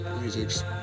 musics